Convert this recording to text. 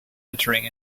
entering